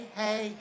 hey